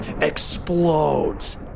explodes